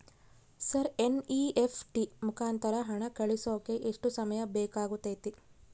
Sir NEFT ಮುಖಾಂತರ ಹಣ ಕಳಿಸೋಕೆ ಎಷ್ಟು ಸಮಯ ಬೇಕಾಗುತೈತಿ?